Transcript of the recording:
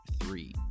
three